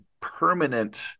permanent